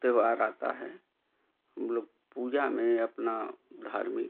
त्यौहार आता है हम लोग पूजा में अपना धार्मिक